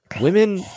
women